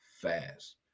fast